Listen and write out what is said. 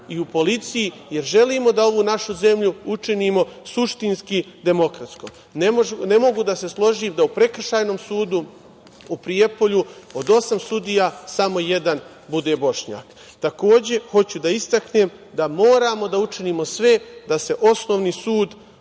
i u politici, jer želimo da ovu našu zemlju učinimo suštinski demokratskom. Ne mogu da se složim da u Prekršajnom sudu u Prijepolju od osam sudija, samo jedan bude Bošnjak. Takođe hoću da istaknem da moramo da učinimo sve da se osnovni sud